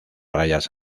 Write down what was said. rayas